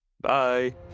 bye